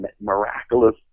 miraculous